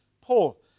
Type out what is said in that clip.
Paul